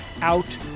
out